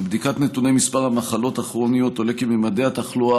בבדיקת נתוני מספר המחלות הכרוניות עולה כי ממדי התחלואה